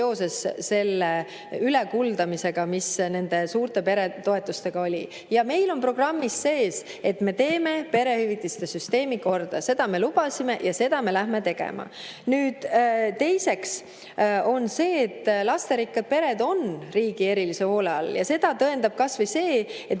selle ülekuldamisega, mis nende suurte perede toetustega oli. Meil on programmis sees, et me teeme perehüvitiste süsteemi korda, seda me lubasime ja seda me lähme tegema. Teiseks on see, et lasterikkad pered on riigi erilise hoole all ja seda tõendab kas või see, et